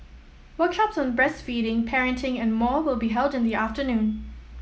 workshops on breastfeeding parenting and more will be held in the afternoon